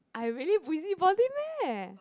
I really busybody meh